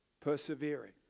persevering